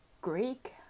greek